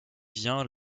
vient